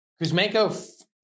Kuzmenko